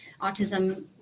autism